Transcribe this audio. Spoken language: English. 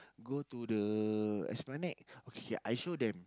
go to the Esplanade okay K K I show them